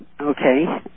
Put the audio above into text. okay